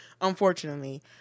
unfortunately